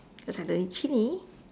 cause I don't eat chili